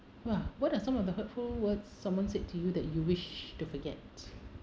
!wah! what are some of the hurtful words someone said to you that you wish to forget